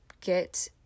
get